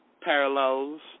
Parallels